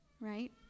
right